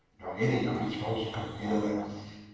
nor any of his false confederates